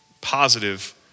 positive